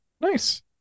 Nice